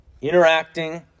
interacting